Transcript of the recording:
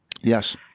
Yes